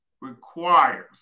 requires